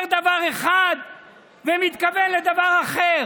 אומר דבר אחד ומתכוון לדבר אחר.